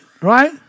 Right